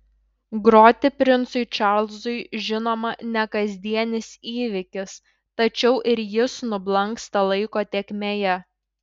groti princui čarlzui žinoma ne kasdienis įvykis tačiau ir jis nublanksta laiko tėkmėje